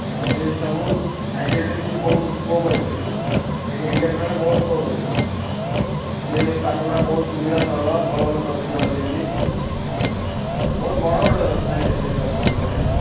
scientist ହେବୁ ସାଇଣ୍ଟିଷ୍ଟରେ ବି ସେଠି ବହୁତ ସ୍କୋପ୍ ଅଛି ସେଠି ସେଇଠି ଇଣ୍ଡିଆ ତୁଳନାରେ ବହୁତ ସ୍କୋପ୍ ଅଛି ସେଠି ପାଠ ପଢ଼ା ବହୁତ ସୁବିଧା ସରଳ ଭଲ ଭଲ ପ୍ରଫେସର୍ ରହିଛନ୍ତି ବହୁତ ବଡ଼ ବଡ଼ ସାଇଣ୍ଟିଷ୍ଟ ସେଠି ଅଛନ୍ତି ପଢ଼େଇବା ପାଇଁ